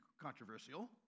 controversial